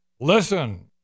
Listen